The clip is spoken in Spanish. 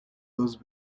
dos